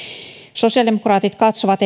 sosiaalidemokraatit katsovat